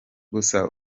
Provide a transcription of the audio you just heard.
gusa